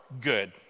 good